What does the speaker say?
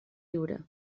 riure